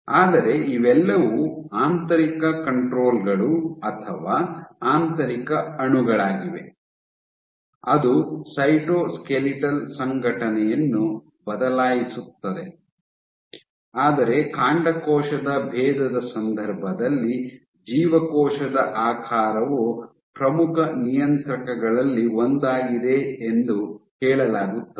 ಆದರೆ ಇವೆಲ್ಲವೂ ಆಂತರಿಕ ಕಂಟ್ರೋಲ್ ಗಳು ಅಥವಾ ಆಂತರಿಕ ಅಣುಗಳಾಗಿವೆ ಅದು ಸೈಟೋಸ್ಕೆಲಿಟಲ್ ಸಂಘಟನೆಯನ್ನು ಬದಲಾಯಿಸುತ್ತದೆ ಆದರೆ ಕಾಂಡಕೋಶದ ಭೇದದ ಸಂದರ್ಭದಲ್ಲಿ ಜೀವಕೋಶದ ಆಕಾರವು ಪ್ರಮುಖ ನಿಯಂತ್ರಕಗಳಲ್ಲಿ ಒಂದಾಗಿದೆ ಎಂದು ಹೇಳಲಾಗುತ್ತದೆ